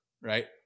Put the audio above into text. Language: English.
Right